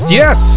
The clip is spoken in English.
yes